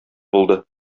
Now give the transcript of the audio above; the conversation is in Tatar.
булды